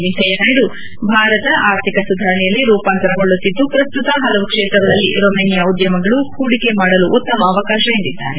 ವೆಂಕಯ್ಯ ನಾಯ್ಡು ಭಾರತ ಆರ್ಥಿಕ ಸುಧಾರಣೆಯಲ್ಲಿ ರೂಪಾಂತರಗೊಳ್ಳುತ್ತಿದ್ದು ಪ್ರಸ್ತುತ ಹಲವು ಕ್ಷೇತ್ರಗಳಲ್ಲಿ ರೊಮೇನಿಯಾ ಉದ್ಯಮಿಗಳು ಹೂಡಿಕೆ ಮಾಡಲು ಉತ್ತಮ ಅವಕಾಶವಿದೆ ಎಂದಿದ್ದಾರೆ